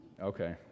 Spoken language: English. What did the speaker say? okay